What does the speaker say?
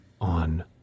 on